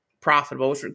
profitable